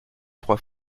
trois